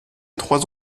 trois